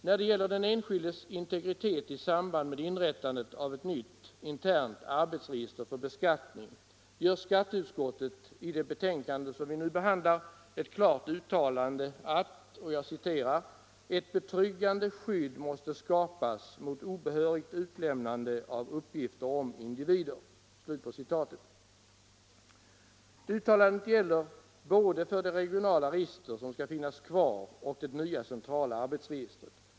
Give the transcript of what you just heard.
När det gäller den enskildes integritet i samband med inrättandet av ett nytt internt arbetsregister för beskattning gör skatteutskottet i det betänkande som vi nu behandlar, nr 32, ett klart uttalande att ”ett betryggande skydd måste skapas mot obehörigt utlämnande av uppgifter om individer”. Uttalandet gäller för både de regionala register som skall finnas kvar och det nya centrala arbetsregistret.